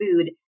food